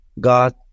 God